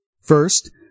First